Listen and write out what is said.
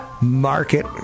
Market